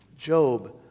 Job